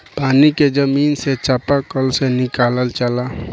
पानी के जमीन से चपाकल से निकालल जाला